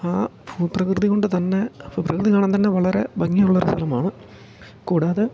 ആ ഭൂപ്രകൃതികൊണ്ട് തന്നെ ഭൂപ്രകൃതി കാണാൻ തന്നെ വളരെ ഭംഗിയുള്ള ഒരു സ്ഥലമാണ് കൂടാതെ